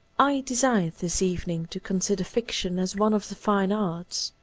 i desire, this evening, to consider fiction as one of the fine arts.